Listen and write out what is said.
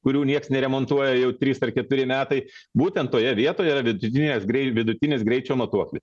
kurių niekas neremontuoja jau trys ar keturi metai būtent toje vietoje yra vidutines grei vidutinis greičio matuoklių